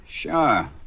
Sure